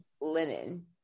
linen